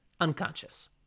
unconscious